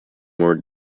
more